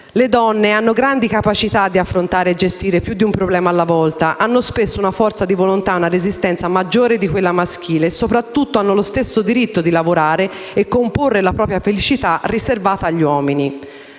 Le donne hanno grandi capacità di affrontare e gestire più di un problema alla volta, hanno spesso una forza di volontà e una resistenza maggiori di quella maschile e, soprattutto, hanno lo stesso diritto di lavorare e comporre la propria felicità che è riservato agli uomini.